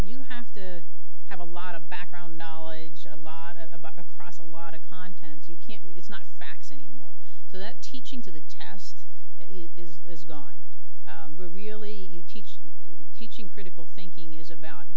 you have to have a lot of background knowledge a lot of across a lot of content you can't it's not facts anymore so that teaching to the test is gone really you teach teaching critical thinking is about